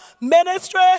ministry